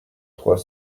trois